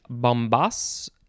bombas